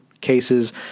cases